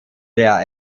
der